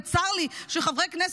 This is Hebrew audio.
וצר לי שחברי כנסת,